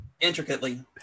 Intricately